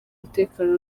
umutekano